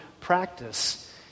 practice